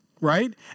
right